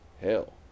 hell